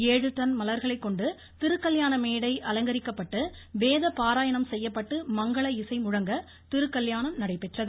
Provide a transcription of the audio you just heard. ஏழு டன் மலர்களைக்கொண்டு திருக்கல்யாண மேடை அலங்கரிக்கப்பட்டு வேத பாராயணம் செய்யப்பட்டு மங்கள இசை முழங்க திருக்கல்யாணம் நடைபெற்றது